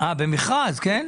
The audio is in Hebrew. במכרז, כן?